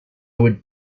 would